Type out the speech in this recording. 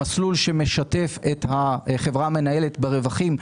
מסלול שמשתף את החברה המנהלת ברווחים,